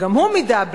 גם הוא מדבל"א,